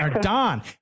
Don